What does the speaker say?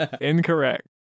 Incorrect